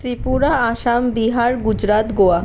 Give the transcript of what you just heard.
Tripura Assam Bihar Gujarat Goa